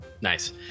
Nice